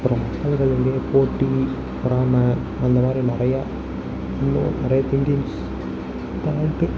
அப்புறம் மக்கள் இடையே வந்து போட்டி பொறாமை அந்தமாதிரி நிறையா இன்னும் நிறையா திங்கிங்ஸ் பார்த்து